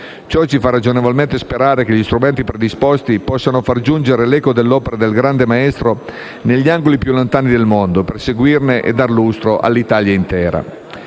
Ciò ci fa ragionevolmente sperare che gli strumenti predisposti possano far giungere l'eco dell'opera del grande maestro negli angoli più lontani del mondo, per seguitare a dar lustro all'Italia. Per